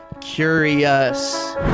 curious